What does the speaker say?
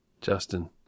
Justin